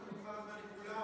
נגמר הזמן לכולם,